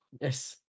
Yes